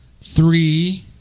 Three